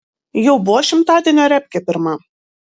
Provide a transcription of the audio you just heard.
jau buvo šimtadienio repkė pirma